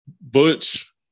Butch